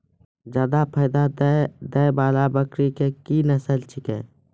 जादा फायदा देने वाले बकरी की नसले?